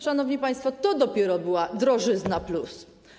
Szanowni państwo, to dopiero była drożyzna plus.